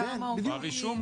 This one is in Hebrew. כמה עובדים.